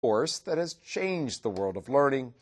...course that has changed the world of learning